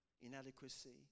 inadequacy